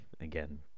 again